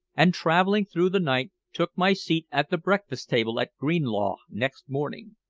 and, traveling through the night, took my seat at the breakfast-table at greenlaw next morning.